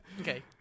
Okay